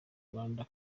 rwanda